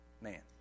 man